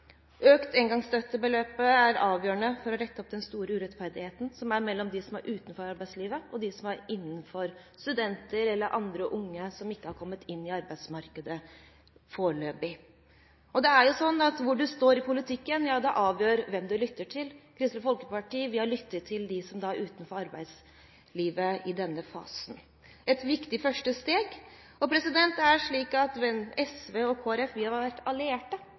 Økt engangsstøttebeløp er avgjørende for å rette opp den store urettferdigheten som er mellom dem som er utenfor arbeidslivet og dem som er innenfor – studenter eller andre unge som foreløpig ikke er kommet inn i arbeidsmarkedet. Det er jo slik at hvor man står i politikken, avgjør hvem man lytter til. Kristelig Folkeparti har lyttet til dem som er utenfor arbeidslivet i denne fasen – et viktig første steg. Det er slik at SV og Kristelig Folkeparti har vært allierte